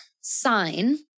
sign